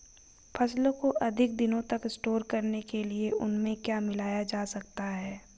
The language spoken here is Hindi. फसलों को अधिक दिनों तक स्टोर करने के लिए उनमें क्या मिलाया जा सकता है?